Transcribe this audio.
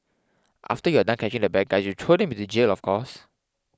after you are done catching the bad guys you throw them into jail of course